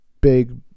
big